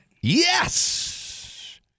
yes